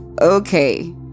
okay